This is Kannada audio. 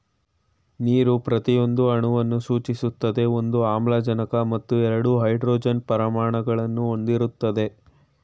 ನೀರು ಪ್ರತಿಯೊಂದು ಅಣುವನ್ನು ಸೂಚಿಸ್ತದೆ ಒಂದು ಆಮ್ಲಜನಕ ಮತ್ತು ಎರಡು ಹೈಡ್ರೋಜನ್ ಪರಮಾಣುಗಳನ್ನು ಹೊಂದಿರ್ತದೆ